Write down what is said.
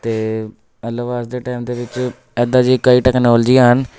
ਅਤੇ ਅੱਜ ਦੇ ਟਾਈਮ ਦੇ ਵਿੱਚ ਇੱਦਾਂ ਦੀਆਂ ਕਈ ਟੈਕਨੋਲਜੀਆਂ ਹਨ